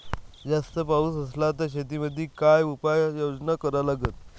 जास्त पाऊस असला त शेतीमंदी काय उपाययोजना करा लागन?